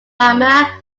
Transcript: rama